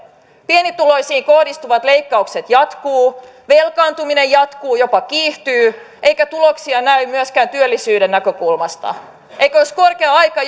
pienituloisiin kohdistuvat leikkaukset jatkuvat velkaantuminen jatkuu jopa kiihtyy eikä tuloksia näy myöskään työllisyyden näkökulmasta eikö olisi korkea aika